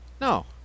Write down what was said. No